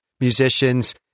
musicians